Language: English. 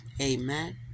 Amen